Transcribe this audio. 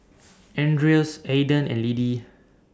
Andreas Aiden and Liddie